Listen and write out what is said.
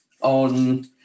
on